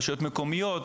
רשויות מקומיות,